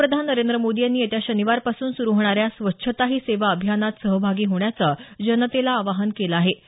पंतप्रधान नरेंद्र मोदी यांनी येत्या शनिवारपासून सुरु होणाऱ्या स्वच्छता ही सेवा अभियानात सहभागी होण्याचं जनतेला आवाहन केलं आहे